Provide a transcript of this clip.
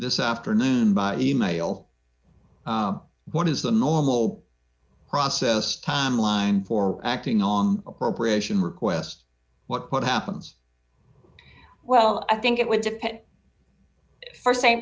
this afternoon by e mail what is the normal process timeline for acting on appropriation request what happens well i think it would depend for st